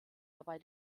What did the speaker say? dabei